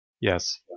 Yes